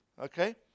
okay